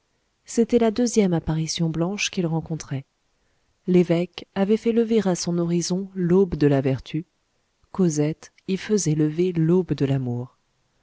c'était la deuxième apparition blanche qu'il rencontrait l'évêque avait fait lever à son horizon l'aube de la vertu cosette y faisait lever l'aube de l'amour